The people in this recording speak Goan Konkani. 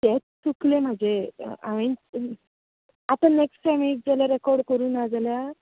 तेंच चुकलें म्हाजें आनी आतां नॅक्स टायम येत जाल्या रॅकॉड करूं नाजाल्या